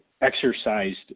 exercised